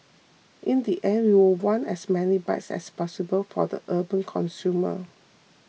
in the end we will want as many bikes as possible for the urban consumer